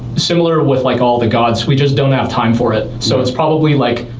similar with like all the gods, we just don't have time for it. so it's probably like,